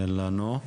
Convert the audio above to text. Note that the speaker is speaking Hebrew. אין לנו.